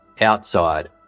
Outside